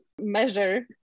measure